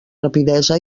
rapidesa